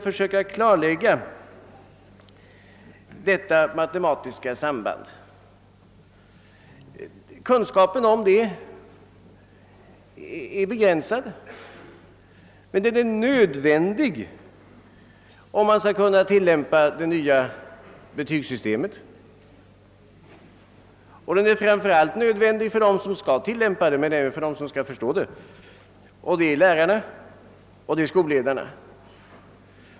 Kunskapen om detta matematiska samband är begränsad, men den är nödvändig vid tilllämpningen av det nya betygssystemet och framför allt för dem som skall göra denna tillämpning, nämligen lärarna och skolledarna.